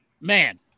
man